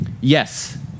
Yes